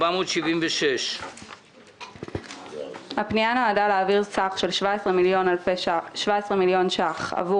פנייה 476. הפנייה נועדה להעביר סך של 17 מיליון שקלים עבור